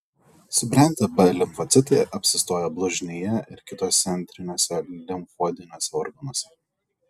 subrendę b limfocitai apsistoja blužnyje ir kituose antriniuose limfoidiniuose organuose